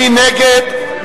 מי נגד?